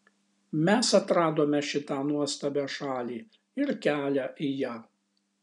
mes atradome šitą nuostabią šalį ir kelią į ją